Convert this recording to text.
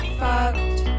fucked